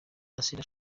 asinah